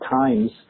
times